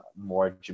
more